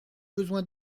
besoin